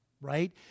right